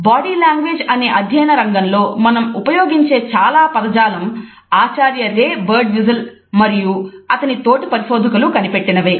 body language అనే అధ్యయన రంగంలో మనం ఉపయోగించే చాలా పదజాలం ఆచార్య రే బర్డ్విస్టల్ మరియు అతని తోటి పరిశోధకులు కనిపెట్టినవే